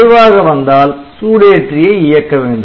குறைவாக வந்தால் சூடேற்றியை இயக்க வேண்டும்